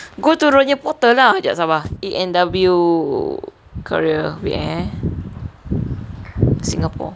go to dia orang punya portal lah jap sabar A&W career wait eh singapore